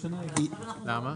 למה?